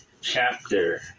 Chapter